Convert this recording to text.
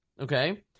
okay